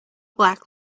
black